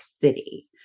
City